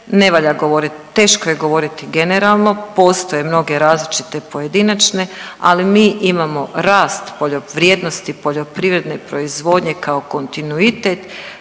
ne valja govoriti, teško je govoriti generalno. Postoje mnoge različite pojedinačne, ali mi imamo rast vrijednosti poljoprivredne proizvodnje kao kontinuitet